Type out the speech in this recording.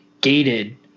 gated